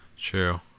True